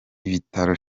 ibitaro